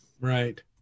right